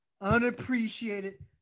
unappreciated